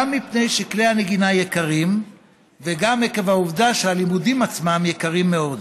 גם מפני שכלי הנגינה יקרים וגם עקב העובדה שהלימודים עצמם יקרים מאוד.